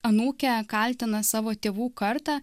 anūkė kaltina savo tėvų kartą